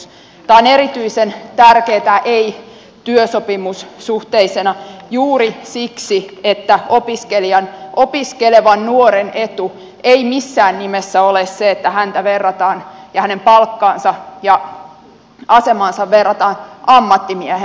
tämä on erityisen tärkeätä ei työsopimussuhteisena juuri siksi että opiskelevan nuoren etu ei missään nimessä ole se että häntä verrataan ja hänen palkkaansa ja asemaansa verrataan ammattimieheen